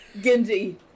Genji